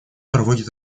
проводит